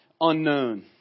unknown